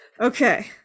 Okay